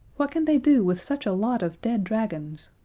what can they do with such a lot of dead dragons?